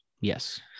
Yes